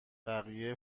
بقیه